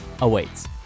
awaits